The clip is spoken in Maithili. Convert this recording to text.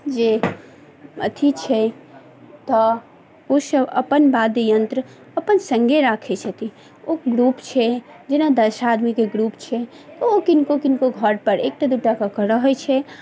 जे अथी छै तऽ ओ सभ अपन वाद्य यन्त्र अपन सङ्गे राखै छथिन ओ ग्रुप छै जेना दस आदमीके ग्रुप छै तऽ ओ किनको किनको घर पर एकटा दूटा कऽ कऽ रहै छै